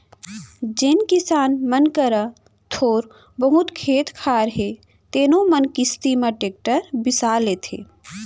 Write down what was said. जेन किसान मन करा थोर बहुत खेत खार हे तेनो मन किस्ती म टेक्टर बिसा लेथें